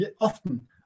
often